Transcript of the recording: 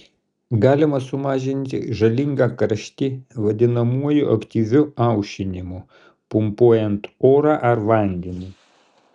galima sumažinti žalingą karštį vadinamuoju aktyviu aušinimu pumpuojant orą ar vandenį